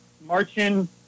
marching